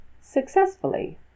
successfully